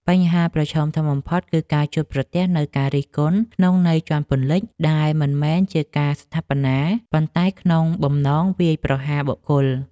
បញ្ហាប្រឈមធំបំផុតគឺការជួបប្រទះនូវ ការរិះគន់ក្នុងន័យជាន់ពន្លិច ដែលមិនមែនជាការស្ថាបនា ប៉ុន្តែក្នុងបំណងវាយប្រហារបុគ្គល។